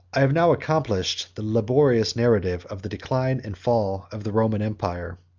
i have now accomplished the laborious narrative of the decline and fall of the roman empire,